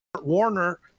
Warner